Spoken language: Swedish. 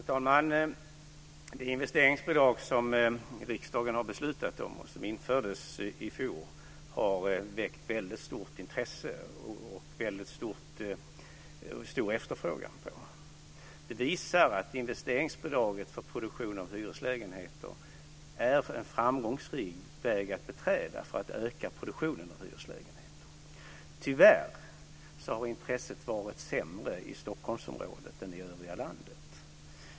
Fru talman! Det investeringsbidrag som riksdagen har beslutat om och som infördes i fjol har väckt väldigt stort intresse. Det har varit väldigt stor efterfrågan på det. Det visar att investeringsbidraget för produktion av hyreslägenheter är en framgångsrik väg att beträda för att öka produktionen av hyreslägenheter. Tyvärr har intresset varit sämre i Stockholmsområdet än i övriga landet.